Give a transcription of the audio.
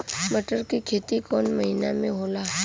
मटर क खेती कवन महिना मे होला?